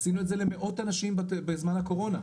עשינו את זה למאות אנשים בזמן הקורונה.